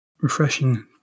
refreshing